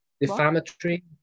Defamatory